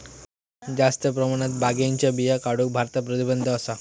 जास्त प्रमाणात भांगेच्या बिया काढूक भारतात प्रतिबंध असा